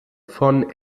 von